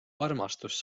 armastus